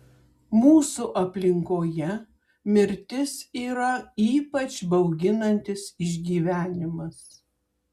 mūsų aplinkoje mirtis yra ypač bauginantis išgyvenimas